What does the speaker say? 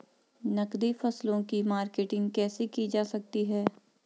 नकदी फसलों की मार्केटिंग कैसे की जा सकती है?